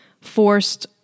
forced